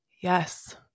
Yes